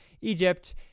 Egypt